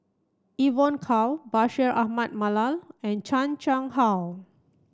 Evon Kow Bashir Ahmad Mallal and Chan Chang How